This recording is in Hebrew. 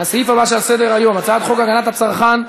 לסעיף הבא שעל סדר-היום: הצעת חוק הגנת הצרכן (תיקון,